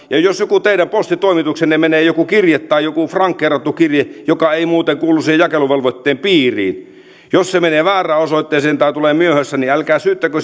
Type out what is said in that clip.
ja jos joku teidän postitoimituksenne joku kirje tai joku frankeerattu kirje joka ei muuten kuulu sen jakeluvelvoitteen piiriin menee väärään osoitteeseen tai tulee myöhässä niin älkää syyttäkö